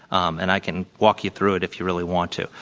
um and i can walk you through it if you really want to.